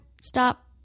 Stop